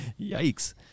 Yikes